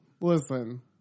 Listen